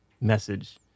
message